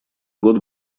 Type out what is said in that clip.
год